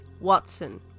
Watson